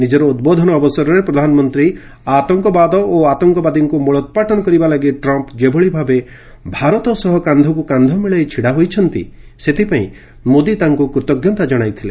ନିଙର ଉଦ୍ବୋଧନ ଅବସରରେ ପ୍ରଧାନମନ୍ତୀ ଆତଙ୍କବାଦ ଓ ଆତଙ୍କବାଦୀଙ୍କୁ ମୂଳୋପାଟନ କରିବା ଲାଗି ଟ୍ରମ୍ମ ଯେଭଳି ଭାବେ ଭାରତ ସହ କାକ୍ଷକୁ କାକ୍ଷ ମିଳାଇ ଛିଡ଼ା ହୋଇଛନ୍ତି ସେଥ୍ପାଇଁ ମୋଦି ତାଙ୍କୁ କୂତଙ୍କତା ଜଶାଇଥିଲେ